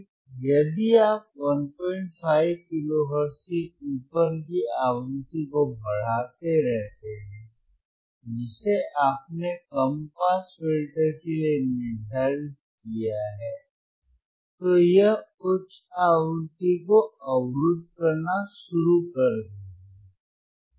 इसलिए यदि आप 15 किलो हर्ट्ज से ऊपर की आवृत्ति को बढ़ाते रहते हैं जिसे आपने कम पास फिल्टर के लिए निर्धारित किया है तो यह उच्च आवृत्ति को अवरुद्ध करना शुरू कर देगा